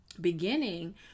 beginning